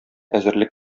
әзерлек